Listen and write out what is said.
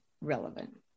relevant